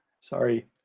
Sorry